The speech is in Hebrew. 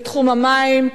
בתחום המים,